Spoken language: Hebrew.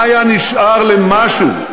מה היה נשאר למשהו?